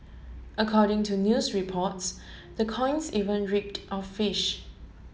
according to news reports the coins even reeked of fish